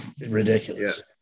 ridiculous